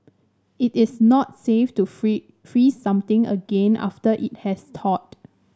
it is not safe to free freeze something again after it has thawed